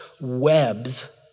webs